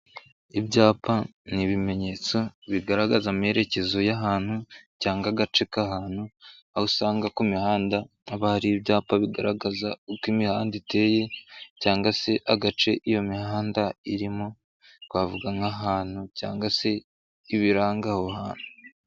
Ibyapa ni ibimenyetso bigaragaza amerekezo y'ahantu, cyangwa agace k'ahantu, aho usanga kuimihanda haba hari ibyapa bigaragaza uko imihanda iteye, cyangwa se agace iyo mihanda irimo twavuga nk'ahantu, cyangwa se ibiranga aho hantu.